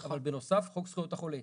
אבל בנוסף, חוק זכויות החולה.